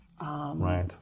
Right